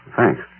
Thanks